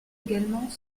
également